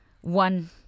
one